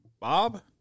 Bob